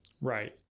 Right